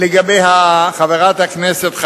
חברת הכנסת,